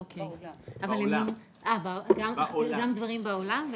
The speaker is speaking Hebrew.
גם דברים בעולם?